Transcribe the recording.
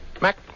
Mac